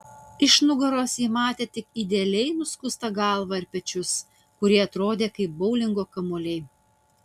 iš nugaros ji matė tik idealiai nuskustą galvą ir pečius kurie atrodė kaip boulingo kamuoliai